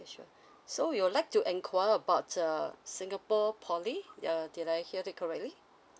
okay sure so you would like to enquire about err singapore poly err did I hear it correctly